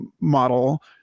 model